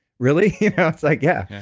really? yeah it's like, yeah.